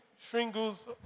shingles